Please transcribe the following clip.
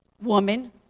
woman